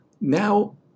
now